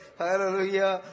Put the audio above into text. hallelujah